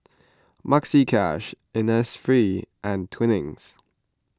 Maxi Cash Innisfree and Twinings